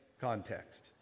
context